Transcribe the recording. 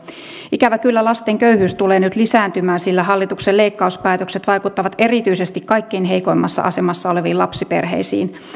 ikävä kyllä lasten köyhyys tulee nyt lisääntymään sillä hallituksen leikkauspäätökset vaikuttavat erityisesti kaikkein heikoimmassa asemassa oleviin lapsiperheisiin